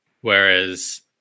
Whereas